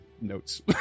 notes